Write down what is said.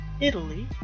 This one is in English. Italy